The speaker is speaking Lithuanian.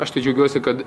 aš tai džiaugiuosi kad